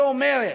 שאומרת: